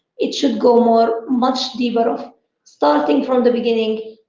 it should go more, much deeper of starting from the beginning,